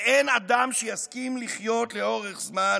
ואין אדם שיסכים לחיות לאורך זמן